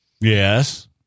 Yes